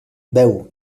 beu